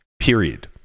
period